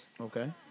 Okay